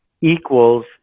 equals